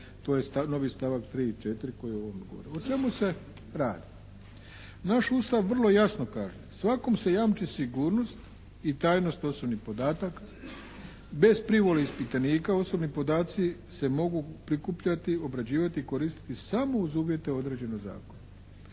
to je novi stavak 3. i 4. koji o ovome govori. O čemu se radi? Naš Ustav vrlo jasno kaže, svakom se jamči sigurnost i tajnost osobnih podataka. Bez privole ispitanika osobni podaci se mogu prikupljati, obrađivati i koristiti samo uz uvjete određene zakonom.